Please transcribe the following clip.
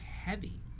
heavy